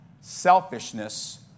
selfishness